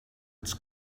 its